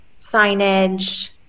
signage